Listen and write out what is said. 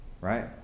right